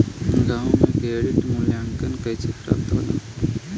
गांवों में क्रेडिट मूल्यांकन कैसे प्राप्त होला?